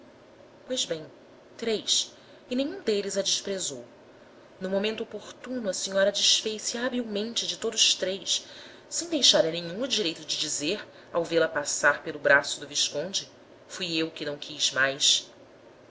pois bem três e nenhum deles a desprezou no momento oportuno a senhora desfez-se habilmente de todos três sem deixar a nenhum o direito de dizer ao vê-la passar pelo braço do visconde fui eu que não quis mais